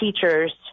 teachers